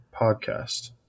podcast